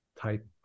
type